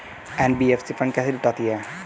NBFC fund कैसे जुटाती है?